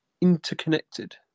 interconnected